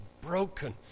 broken